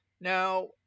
Now